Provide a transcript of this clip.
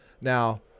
Now